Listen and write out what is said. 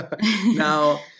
Now